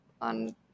on